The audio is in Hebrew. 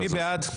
מי בעד?